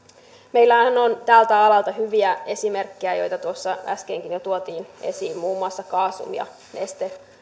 meillähän on tältä alalta hyviä esimerkkejä joita äskenkin jo tuotiin esiin muun muassa gasum ja